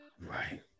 right